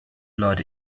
blood